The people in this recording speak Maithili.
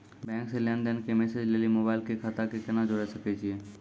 बैंक से लेंन देंन के मैसेज लेली मोबाइल के खाता के केना जोड़े सकय छियै?